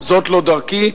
זאת לא דרכי,